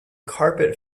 carpet